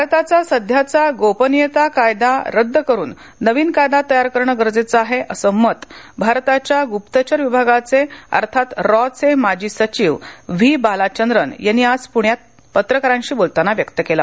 भारताचा गोपनियता कायद्या रद्द करून नविन कायदा तयार करण गरजेच आहे असं मत भारताच्या गुप्तचर विभागाचे अर्थात राॅ चे माजी सचिव व्ही बालाचंद्रन यांनी प्ण्यात पत्रकारांशी बोलताना त्यांनी हे मत व्यक्त केल